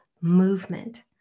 movement